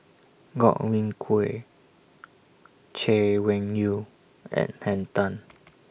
Godwin Koay Chay Weng Yew and Henn Tan